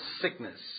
sickness